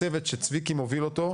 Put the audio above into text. הצוות שצביקי מוביל אותו,